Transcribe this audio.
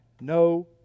No